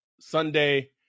Sunday